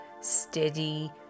steady